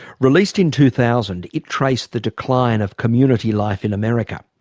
released in two thousand, it traced the decline of community life in america.